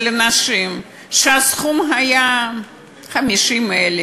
של אנשים שהסכום שלהם היה 50,000,